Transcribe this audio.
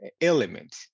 element